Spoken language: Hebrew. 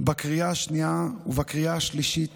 בקריאה השנייה ובקריאה השלישית